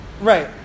right